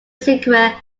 secret